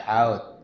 out